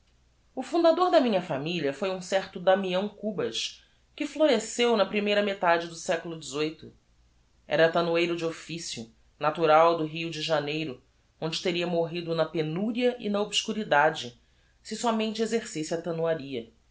o fundador da minha familia foi um certo damião cubas que floreceu na primeira metade do seculo xviii era tanoeiro de officio natural do rio de janeiro onde teria morrido na penuria e na obscuridade se sómente exercesse a tanoaria